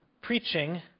preaching